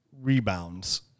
rebounds